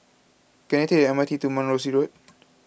can I take the M R T to Mount Rosie Road